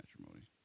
matrimony